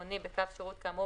אני פתוחה כחברה,